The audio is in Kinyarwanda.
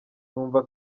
numva